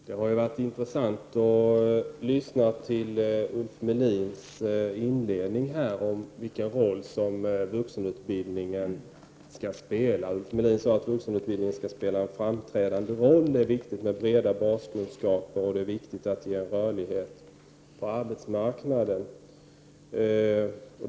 Herr talman! Det var intressant att lyssna till Ulf Melins inledning om vilken roll som vuxenutbildningen skall spela. Han sade att vuxenutbildningen skall spela en framträdande roll, att det är viktigt med breda baskunskaper och att ge en rörlighet på arbetsmarknaden.